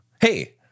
hey